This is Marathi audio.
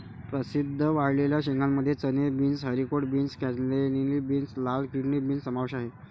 प्रसिद्ध वाळलेल्या शेंगांमध्ये चणे, beans, haricot beans, cannellini beans, लाल किडनी बीन्स समावेश आहे